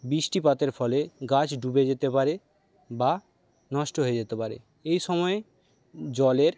বৃষ্টিপাতের ফলে গাছ ডুবে যেতে পারে বা নষ্ট হয়ে যেতে পারে এইসময় জলের